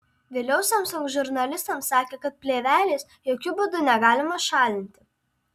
vėliau samsung žurnalistams sakė kad plėvelės jokiu būdu negalima šalinti